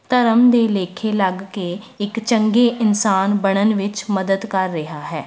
ਧਰਮ ਦੇ ਲੇਖੇ ਲੱਗ ਕੇ ਇੱਕ ਚੰਗੇ ਇਨਸਾਨ ਬਣਨ ਵਿੱਚ ਮਦਦ ਕਰ ਰਿਹਾ ਹੈ